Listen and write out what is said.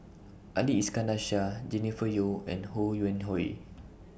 Ali Iskandar Shah Jennifer Yeo and Ho Yuen Hui